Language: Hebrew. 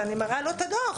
ואני מראה לו את הדו"ח,